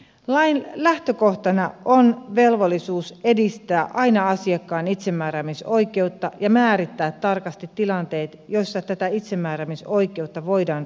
lain lähtökohtana on velvollisuus edistää aina asiakkaan itsemääräämisoikeutta ja määrittää tarkasti tilanteet joissa tätä itsemääräämisoi keutta voidaan rajoittaa